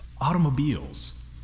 automobiles